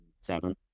Seven